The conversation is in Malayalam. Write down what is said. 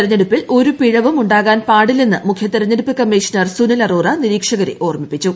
തെരഞ്ഞെടുപ്പിൽ ഒരു പിഴവും ഉണ്ടാകാൻ പാടില്ലെന്ന് മുഖ്യ തെരഞ്ഞെടുപ്പ് കമ്മീഷണർ സുനിൽ അറോറ നിരീക്ഷകരെ ഓർമ്മിപ്പിച്ചു